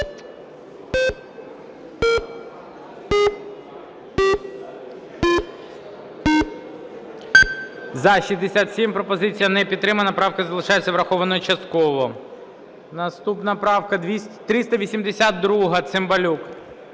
За-67 Пропозиція не підтримана. Правка залишається врахованою частково. Наступна правка 382. Цимбалюк.